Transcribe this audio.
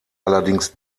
allerdings